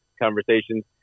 conversations